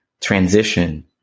transition